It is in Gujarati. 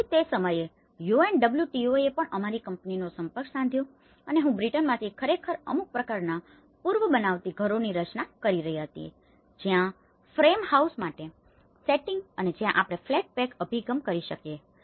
તેથી જ તે સમયે UNWTOએ પણ અમારી કંપનીનો સંપર્ક સાધ્યો હતો અને હું બ્રિટનમાંથી ખરેખર અમુક પ્રકારના પૂર્વબનાવતી ઘરોની રચના કરી રહ્યો હતો જ્યાં ફ્રેમ હાઉસ માટે સેટિંગ અને જ્યાં આપણે ફ્લેટ પેક અભિગમ કરી શકીએ